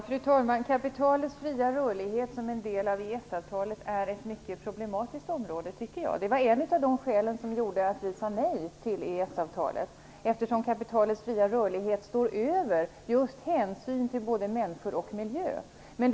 Fru talman! Kapitalets fria rörlighet som en del av EES-avtalet är ett mycket problematiskt område, tycker jag, eftersom kapitalets fria rörlighet står över hänsyn till både människor och miljö. Det var ett av skälen till att vi sade nej till EES-avtalet.